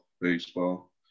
baseball